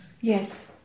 Yes